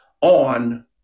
on